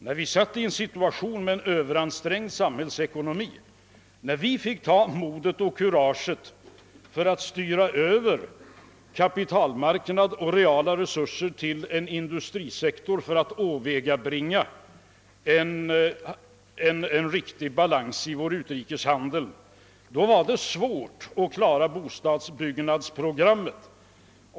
När vi befann oss i en situation med överansträngd samhällsekonomi, när vi fick ta modet att styra över kapital och reala resurser till industrisektorn för att åvägabringa en viss balans i vår utrikeshandel, var det svårt att klara bostadsbyggnadsprogrammet.